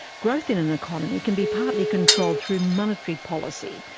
growth in an economy can be partly controlled through monetary policy,